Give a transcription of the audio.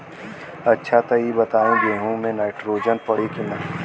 अच्छा त ई बताईं गेहूँ मे नाइट्रोजन पड़ी कि ना?